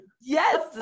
yes